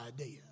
idea